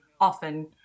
often